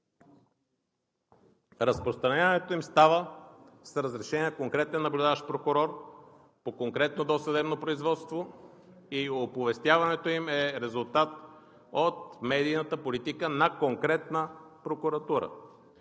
Разпространението им става с разрешение на конкретен наблюдаващ прокурор, по конкретно досъдебно производство и оповестяването им е резултат от медийната политика на конкретна прокуратура.